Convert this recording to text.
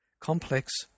Complex